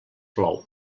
plou